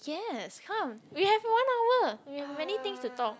yes come we have one hour we have many things to talk